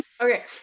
Okay